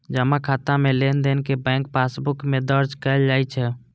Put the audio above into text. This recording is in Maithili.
जमा खाता मे लेनदेन कें बैंक पासबुक मे दर्ज कैल जाइ छै